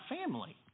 family